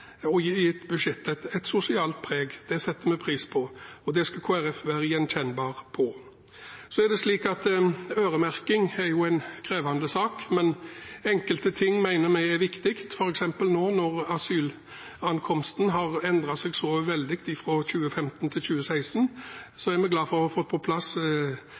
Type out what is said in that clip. har gitt budsjettet et sosialt preg. Det setter vi pris på. Det skal Kristelig Folkeparti være gjenkjennbart på. Øremerking er en krevende sak, men enkelte ting mener vi er viktig. Nå når asylankomstene har endret seg veldig fra 2015 til 2016, er vi glade for å ha fått på plass